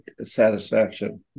satisfaction